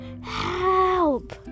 Help